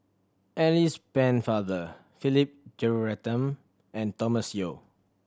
Alice Pennefather Philip Jeyaretnam and Thomas Yeo